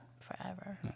forever